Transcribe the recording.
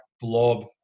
blob